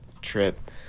trip